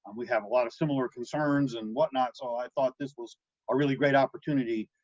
and we have a lot of similar concerns and whatnot, so i thought this was a really great opportunity,